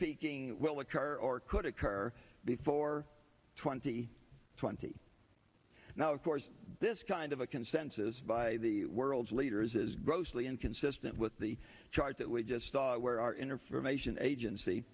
seeking will occur or could occur before twenty twenty now of course this kind of a consensus by the world's leaders is grossly inconsistent with the charge that we just saw where our inner for nation agency